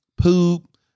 poop